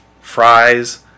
fries